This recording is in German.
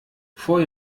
vor